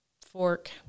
fork